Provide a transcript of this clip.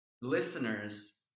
listeners